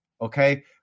Okay